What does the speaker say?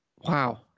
Wow